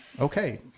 okay